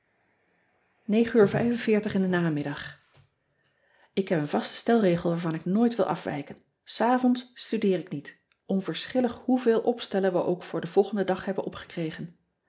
k heb een vasten stelregel waarvan ik nooit wil afwijken s avonds studeer ik niet onverschillig hoeveel opstellen we ook voor den volgenden dag hebben opgekregen